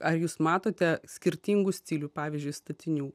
ar jūs matote skirtingų stilių pavyzdžiui statinių